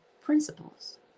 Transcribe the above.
principles